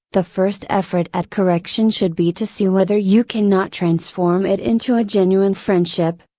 the first effort at correction should be to see whether you can not transform it into a genuine friendship,